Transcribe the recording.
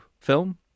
film